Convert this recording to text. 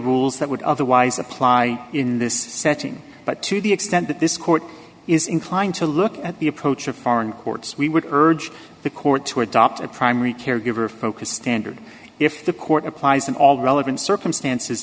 rules that would otherwise apply in this setting but to the extent that this court is inclined to look at the approach of foreign courts we would urge the court to adopt a primary caregiver focus standard if the court applies in all relevant circumstances